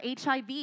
HIV